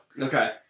Okay